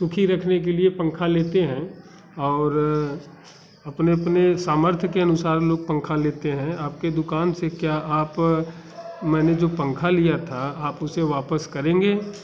सुखी रखने के लिए पंखा लेते हैं और अपने अपने सामर्थ के अनुसार लोग पंखा लेते हैं आपके दुकान से क्या आप मैंने जो पंख लिया था आप उसे वापस करेंगे